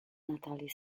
natalie